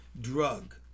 drug